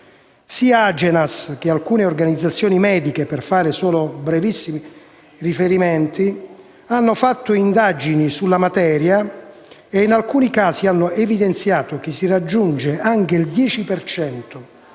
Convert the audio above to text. Sia Agenas che alcune organizzazioni mediche, per fare solo brevissimi riferimenti, hanno svolto indagini sulla materia e in alcuni casi hanno evidenziato che si raggiunge anche il 10